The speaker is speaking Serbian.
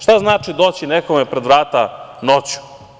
Šta znači doći nekome pred vrata noću?